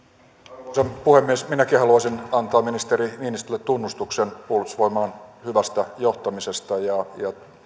arvoisa puhemies minäkin haluaisin antaa ministeri niinistölle tunnustuksen puolustusvoimain hyvästä johtamisesta ja